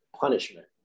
punishment